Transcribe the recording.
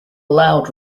loud